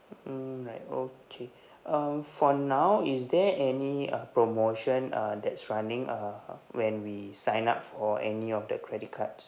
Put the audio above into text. mm right okay um for now is there any uh promotion uh that's running uh when we sign up for any of the credit cards